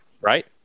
right